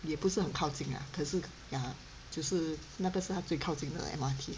也不是很靠近啊可是 ya 就是那个是它最靠近的 M_R_T